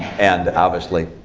and obviously